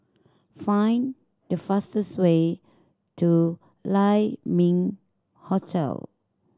find the fastest way to Lai Ming Hotel